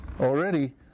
already